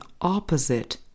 opposite